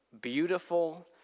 beautiful